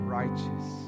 righteous